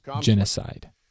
genocide